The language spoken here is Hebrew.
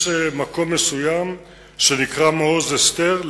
יש מקום מסוים שנקרא מעוז-אסתר,